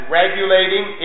regulating